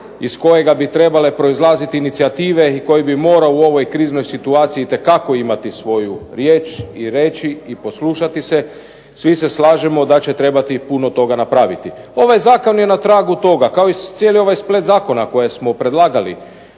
iz kojega bi trebale proizlazit inicijative i koji bi morao u ovoj kriznoj situaciji itekako imati svoju riječ i reći i poslušati se. Svi se slažemo da će trebati puno toga napraviti. Ovaj zakon je na tragu toga, kao i cijeli ovaj splet zakona koje smo predlagali